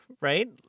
right